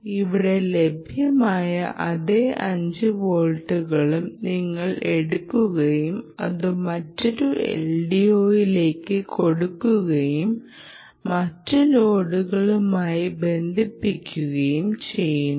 ഇവിടെ ലഭ്യമായ അതേ 5 വോൾട്ടുകളും നിങ്ങൾ എടുക്കുകയും അത് മറ്റൊരു LDO യിലേക്ക് കൊടുക്കുകയും മറ്റ് ലോഡുകളുമായി ബന്ധിപ്പിക്കുകയും ചെയ്യുന്നു